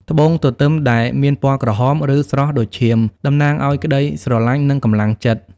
ត្បូងទទឹមដែលមានពណ៌ក្រហម ឬស្រស់ដូចឈាម តំណាងឱ្យក្តីស្រឡាញ់ និងកម្លាំងចិត្ត។